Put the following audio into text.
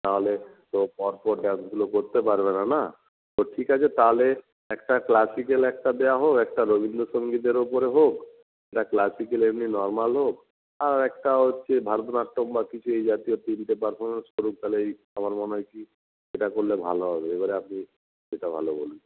না হলে তো পরপর ডান্সগুলো করতে পারবে না না তো ঠিক আছে তাহলে একটা ক্লাসিকাল একটা দেওয়া হোক একটা রবীন্দ্র সঙ্গীতের ওপরে হোক একটা ক্লাসিকাল এমনি নর্মাল হোক আর একটা হচ্ছে ভরতনাট্যম বা কিছু এই জাতীয় তিনটে পারফরমেন্স করুক তাহলে এই আমার মনে হয় কী সেটা করলে ভালো হবে এবারে আপনি যেটা ভালো